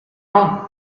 non